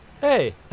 hey